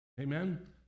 Amen